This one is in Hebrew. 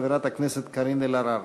חברת הכנסת קארין אלהרר.